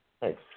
Thanks